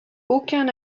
aucun